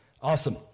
Awesome